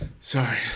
Sorry